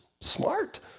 smart